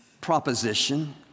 proposition